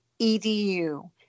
EDU